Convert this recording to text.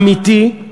אמיתי,